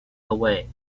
away